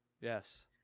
Yes